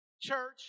church